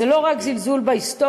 זה לא רק זלזול בהיסטוריה,